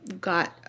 got